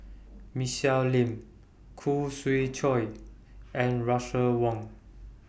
Michelle Lim Khoo Swee Chiow and Russel Wong